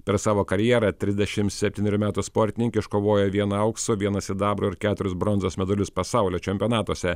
per savo karjerą trisdešimt septynerių metų sportininkė iškovojo vieną aukso vieną sidabro ir keturis bronzos medalius pasaulio čempionatuose